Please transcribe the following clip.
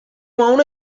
want